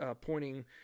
pointing